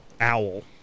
owl